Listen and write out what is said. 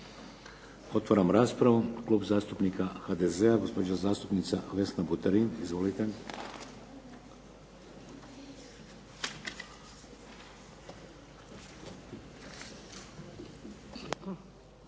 Otvaram raspravu. Klub zastupnika HDZ-a, gospođa zastupnica Vesna Buterin. Izvolite.